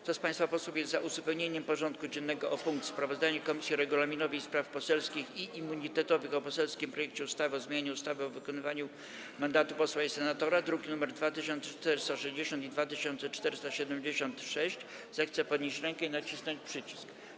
Kto z państwa posłów jest za uzupełnieniem porządku dziennego o punkt: Sprawozdanie Komisji Regulaminowej, Spraw Poselskich i Immunitetowych o poselskim projekcie ustawy o zmianie ustawy o wykonywaniu mandatu posła i senatora, druki nr 2460 i 2476, zechce podnieść rękę i nacisnąć przycisk.